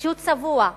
שהוא צבוע,